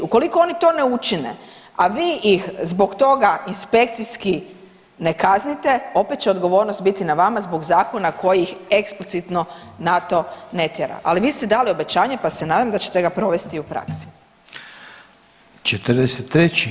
Ukoliko oni to ne učine, a vi ih zbog toga inspekcijski ne kaznite opet će odgovornost biti na vama zbog zakona koji ih eksplicitno na to ne tjera, ali vi ste dali obećanje, pa se nadam da ćete ga provesti u praksi.